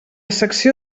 secció